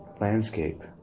landscape